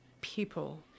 people